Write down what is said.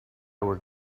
were